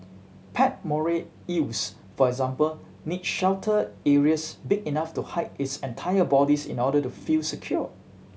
pet moray eels for example need sheltered areas big enough to hide its entire bodies in order to feel secure